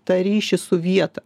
tą ryšį su vieta